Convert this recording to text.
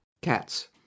Cats